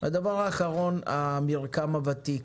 4) המרקם הוותיק,